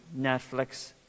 Netflix